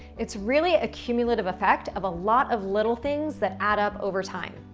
it's really a cumulative effect of a lot of little things that add up over time.